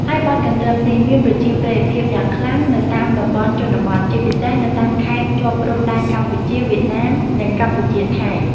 ពីដើមឡើយ រហូតដល់ពេលបច្ចុប្បន្ន បទកន្ទ្រឹមមានច្រើនបទដែលត្រូវបានយកមកច្រៀងឡើងវិញ និងបង្កើតថ្មី។